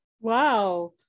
Wow